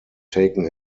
taken